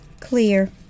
clear